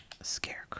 scarecrow